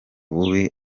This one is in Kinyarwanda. bubi